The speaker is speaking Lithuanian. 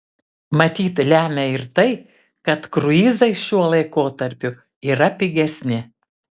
matyt lemia ir tai kad kruizai šiuo laikotarpiu yra pigesni